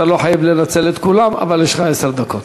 אתה לא חייב לנצל את כולן, אבל יש לך עשר דקות.